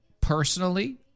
Personally